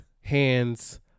hands